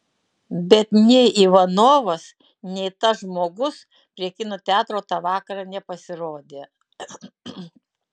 bet nei ivanovas nei tas žmogus prie kino teatro tą vakarą nepasirodė